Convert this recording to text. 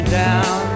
down